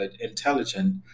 intelligent